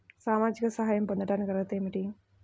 సామాజిక సహాయం పొందటానికి అర్హత ఏమిటి?